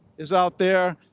is out there.